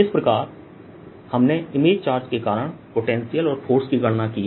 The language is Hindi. इस प्रकार हमने इमेज चार्ज के कारण पोटेंशियल और फोर्स की गणना की है